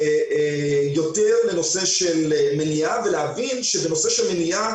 יותר לנושא של מניעה ולהבין שבנושא של מניעה